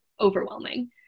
overwhelming